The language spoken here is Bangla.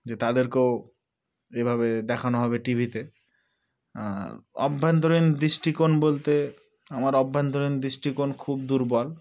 যে তাদেরকেও এভাবে দেখানো হবে টি ভিতে আর অভ্যন্তরীণ দৃষ্টিকোণ বলতে আমার অভ্যন্তরীণ দৃষ্টিকোণ খুব দুর্বল